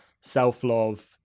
self-love